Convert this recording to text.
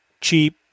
cheap